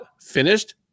finished